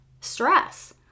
stress